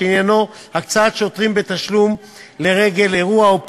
שעניינו הקצאת שוטרים בתשלום לרגל אירוע או פעולה,